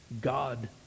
God